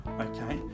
okay